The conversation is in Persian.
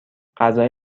غذای